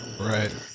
Right